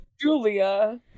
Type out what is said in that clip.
Julia